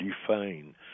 define